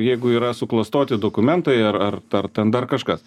jeigu yra suklastoti dokumentai ar ar ten dar kažkas